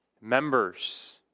members